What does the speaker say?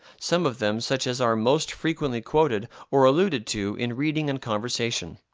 some of them such as are most frequently quoted or alluded to in reading and conversation.